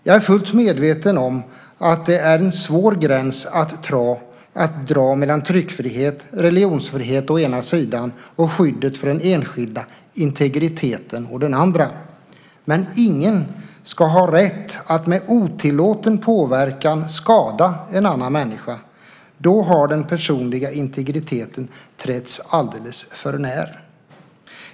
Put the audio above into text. Jag är fullt medveten om att det är en svår gräns att dra mellan tryckfrihet och religionsfrihet å ena sidan och skyddet för den enskildes integritet å den andra. Men ingen ska ha rätt att med otillåten påverkan skada en annan människa. Då har den personliga integriteten trätts alldeles förnär.